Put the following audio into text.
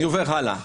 אני עובר הלאה.